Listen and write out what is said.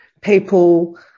people